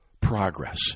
progress